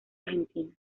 argentina